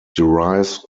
derives